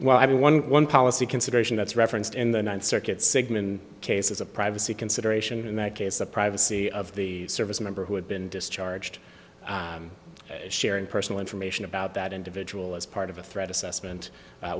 well i mean one one policy consideration that's referenced in the ninth circuit sigman case is a privacy consideration in that case the privacy of the service member who had been discharged sharing personal information about that individual as part of a threat assessment